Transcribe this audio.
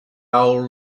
old